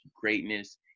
greatness